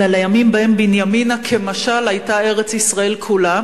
אלא לימים שבהם בנימינה כמשל היתה ארץ-ישראל כולה.